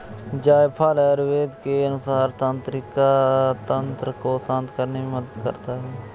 जायफल आयुर्वेद के अनुसार तंत्रिका तंत्र को शांत करने में मदद करता है